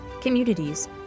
communities